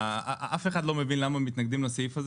אף אחד לא מבין למה מתנגדים לסעיף הזה